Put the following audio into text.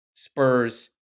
Spurs